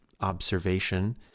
observation